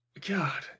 God